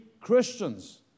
Christians